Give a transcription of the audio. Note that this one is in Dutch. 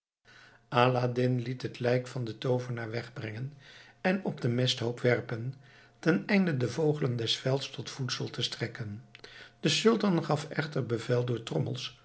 aladdin liet het lijk van den toovenaar wegbrengen en op den mesthoop werpen ten einde den vogelen des velds tot voedsel te strekken de sultan gaf echter bevel door